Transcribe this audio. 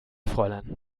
fräulein